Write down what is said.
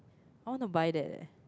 I want to buy that eh